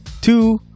two